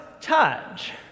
touch